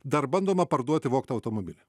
dar bandoma parduoti vogtą automobilį